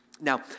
Now